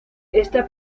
esta